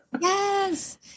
yes